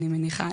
אני מניחה,